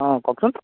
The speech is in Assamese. অঁ কওকচোন